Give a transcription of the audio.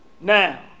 now